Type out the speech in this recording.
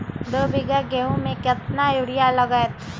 दो बीघा गेंहू में केतना यूरिया लगतै?